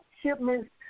shipments